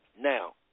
Now